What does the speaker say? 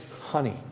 honey